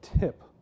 tip